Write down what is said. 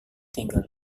tinggal